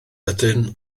ydyn